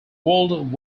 old